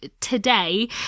today